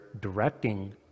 directing